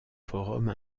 forums